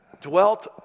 dwelt